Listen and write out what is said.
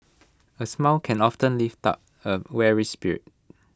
A smile can often lift up A weary spirit